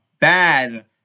bad